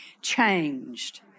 changed